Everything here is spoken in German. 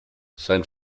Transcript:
sein